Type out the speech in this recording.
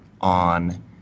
on